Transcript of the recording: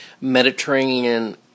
Mediterranean